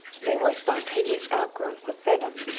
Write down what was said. they were spontaneous outgrowths of venom,